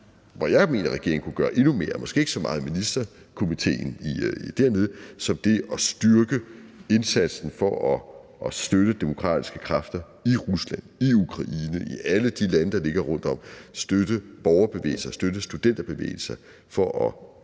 hvor jeg mener at regeringen kunne gøre endnu mere, måske ikke så meget er i Ministerkomiteen, men ved at styrke indsatsen for at støtte demokratiske kræfter i Rusland, Ukraine og alle de lande, der ligger rundt om, støtte borgerbevægelser og støtte studenterbevægelser for at